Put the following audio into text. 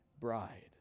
bride